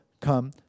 come